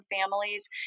families